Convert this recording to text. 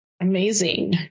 amazing